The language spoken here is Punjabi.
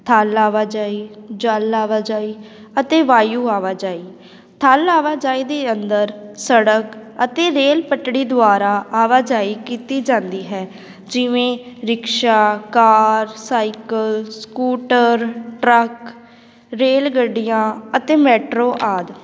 ਥਲ ਆਵਾਜਾਈ ਜਲ ਆਵਾਜਾਈ ਅਤੇ ਵਾਯੂ ਆਵਾਜਾਈ ਥਲ ਆਵਾਜਾਈ ਦੇ ਅੰਦਰ ਸੜਕ ਅਤੇ ਰੇਲ ਪਟੜੀ ਦੁਆਰਾ ਆਵਾਜਾਈ ਕੀਤੀ ਜਾਂਦੀ ਹੈ ਜਿਵੇਂ rickshaw car cycle scooter truck ਰੇਲਗੱਡੀਆਂ ਅਤੇ ਮੈਟਰੋ ਆਦਿ